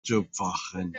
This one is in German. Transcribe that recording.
anzufachen